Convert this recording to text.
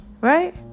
right